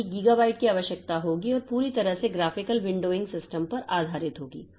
ताकि गीगाबाइट की आवश्यकता होगी और पूरी तरह से ग्राफिकल विंडोिंग सिस्टम पर आधारित होगी